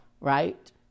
right